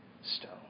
stone